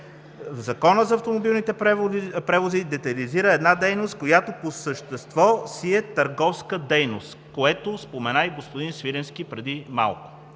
Законът за автомобилните превози детайлизира една дейност, която по същество си е търговска дейност, което спомена и господин Свиленски преди малко.